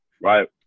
right